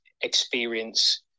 experience